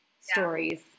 stories